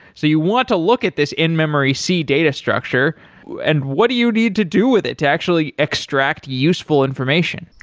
so you want to look at this in memory c data structure and what do you need to do with it to actually extract useful information?